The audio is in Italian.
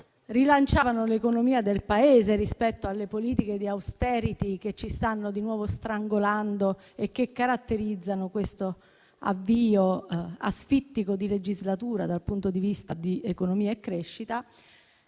rilanciavano l'economia del Paese rispetto alle politiche di *austerity* che ci stanno di nuovo strangolando e che caratterizzano questo avvio asfittico di legislatura dal punto di vista di economia e crescita,